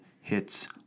hits